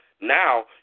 now